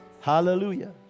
Hallelujah